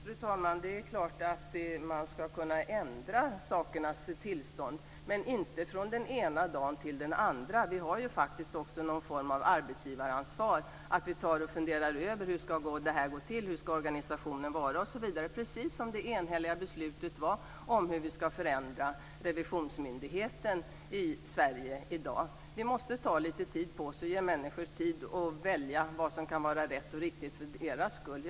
Fru talman! Det är klart att man ska kunna ändra sakernas tillstånd, men inte från den ena dagen till den andra. Vi har ju faktiskt också någon form av arbetsgivaransvar. Vi bör ta och fundera över hur det här ska gå till, hur organisationen ska vara osv. precis som det enhälliga beslutet var om hur vi ska förändra revisionsmyndigheten i Sverige i dag. Vi måste ta lite tid på oss och ge människor tid att välja vad som kan vara rätt och riktigt för deras skull.